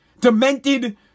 demented